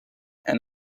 and